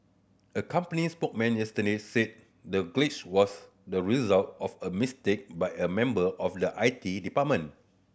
a company spokesman yesterday said the glitch was the result of a mistake by a member of the I T department